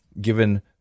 given